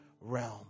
realm